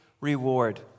reward